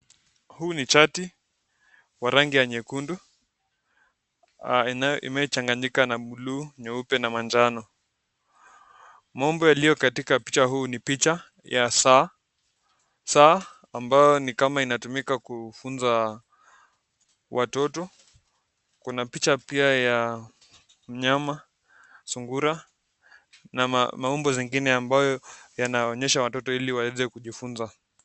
Huu ni chati wa rangi ya nyekundu inayochanganyika na buluu nyeupe na manjano, maumbo yaliyo katika picha huu ni picha ya saa, saa ambayo ni kama inatumika kufunza watoto, kuna picha pia ya mnyama, sungura na maumbo zingine ambayo yanaonyeshwa watoto ili waweze kujifunza.